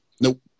Nope